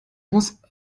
muss